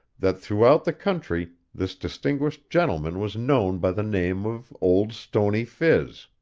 that throughout the country this distinguished gentleman was known by the name of old stony phiz.